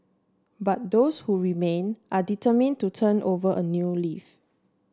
but those who remain are determined to turn over a new leaf